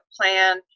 plan